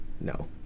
No